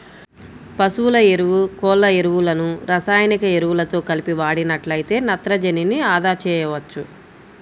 పశువుల ఎరువు, కోళ్ళ ఎరువులను రసాయనిక ఎరువులతో కలిపి వాడినట్లయితే నత్రజనిని అదా చేయవచ్చు